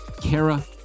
Kara